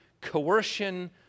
coercion